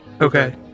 Okay